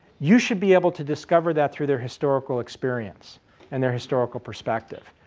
you should be able to discover that through their historical experience and their historical perspective.